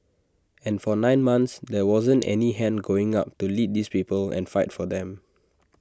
and for nine months there wasn't any hand going up to lead these people and fight for them